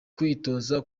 kwitoza